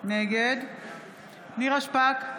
נגד נירה שפק,